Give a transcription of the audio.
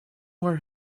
where